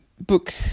book